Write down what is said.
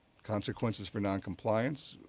consequences for non-compliance,